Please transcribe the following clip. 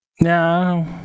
No